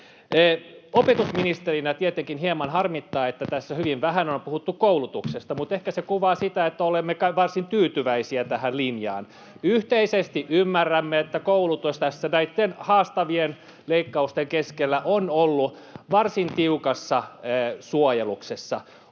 Opetusministerinä tietenkin hieman harmittaa, että tässä hyvin vähän on puhuttu koulutuksesta, mutta ehkä se kuvaa sitä, että olemme kai varsin tyytyväisiä tähän linjaan. [Suna Kymäläisen välihuuto] Yhteisesti ymmärrämme, että koulutus näitten haastavien leikkausten keskellä on ollut varsin tiukassa suojeluksessa.